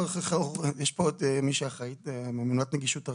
יש פה מי שאחראית, ממונת נגישות ארצית.